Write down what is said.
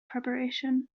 preparation